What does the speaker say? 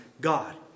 God